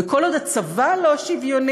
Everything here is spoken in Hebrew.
וכל עוד הצבא לא שוויוני,